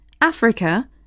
Africa